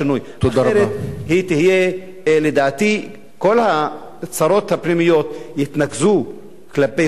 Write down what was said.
אחרת, לדעתי, כל הצרות הפנימיות יתנקזו כלפי חוץ,